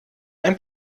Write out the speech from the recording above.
ein